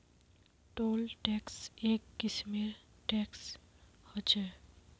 toll tax एक किस्मेर tax ह छः